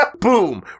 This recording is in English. Boom